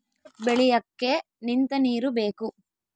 jute ಬೆಳಿಯಕ್ಕೆ ನಿಂತ ನೀರು ಬೇಕು